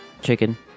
Chicken